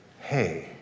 hey